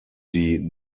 die